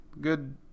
Good